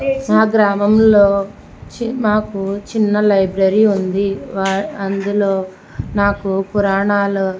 మా గ్రామంలో చిన్మాపు చిన్న లైబ్రరీ ఉంది అందులో నాకు పురాణలు